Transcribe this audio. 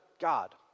God